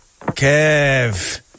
Kev